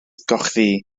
gochddu